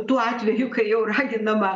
tuo atveju kai jau raginama